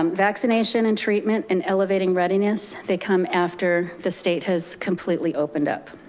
um vaccination and treatment and elevating readiness, they come after the state has completely opened up.